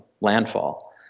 landfall